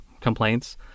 complaints